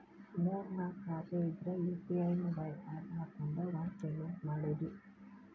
ಮೂರ್ ನಾಕ್ ಖಾತೆ ಇದ್ರ ಯು.ಪಿ.ಐ ಮೊಬೈಲ್ ಆಪ್ ಹಾಕೊಂಡ್ ಒಂದ ಪೇಮೆಂಟ್ ಮಾಡುದು